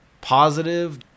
positive